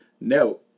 no